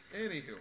anywho